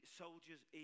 soldier's